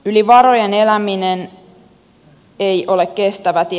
yli varojen eläminen ei ole kestävä tie